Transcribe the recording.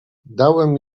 dałem